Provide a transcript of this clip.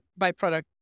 byproduct